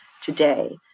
today